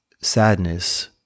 sadness